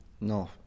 No